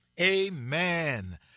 Amen